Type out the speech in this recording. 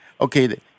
okay